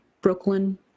Brooklyn